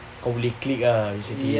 kau boleh click ah basically